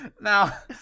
now